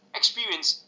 experience